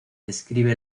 describe